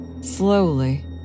Slowly